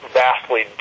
vastly